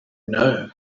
know